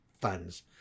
funds